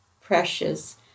precious